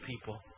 people